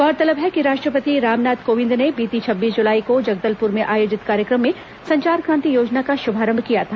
गौरतलब है कि राष्ट्रपति रामनाथ कोविंद ने बीती छब्बीस जुलाई को जगदलपुर में आयोजित कार्यक्रम में संचार क्रांति योजना का शुभारंभ किया था